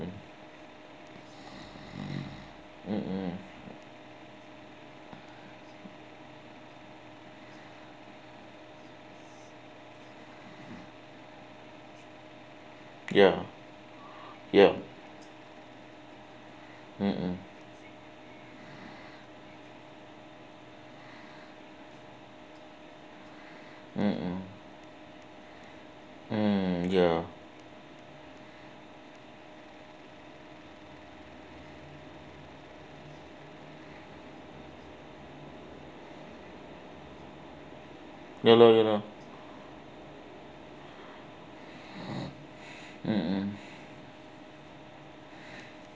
mmhmm ya ya mmhmm mmhmm mm ya ya lor ya lor mmhmm